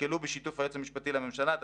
ישקלו בשיתוף היועץ המשפטי לממשלה את